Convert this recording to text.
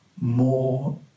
more